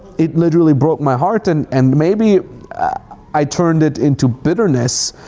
it literally broke my heart and and maybe i turned it into bitterness.